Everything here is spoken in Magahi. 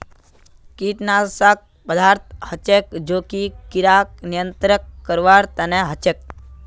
कीटनाशक पदार्थ हछेक जो कि किड़ाक नियंत्रित करवार तना हछेक